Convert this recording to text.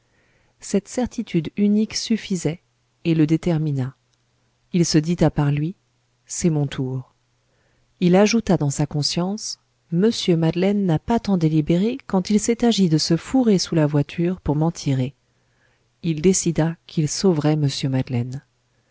cette certitude unique suffisait et le détermina il se dit à part lui c'est mon tour il ajouta dans sa conscience mr madeleine n'a pas tant délibéré quand il s'est agi de se fourrer sous la voiture pour m'en tirer il décida qu'il sauverait mr madeleine